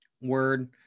Word